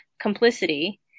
complicity